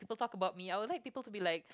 don't talk about me I would like people to be like